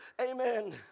amen